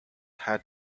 had